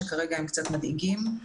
שכרגע הם קצת מדאיגים.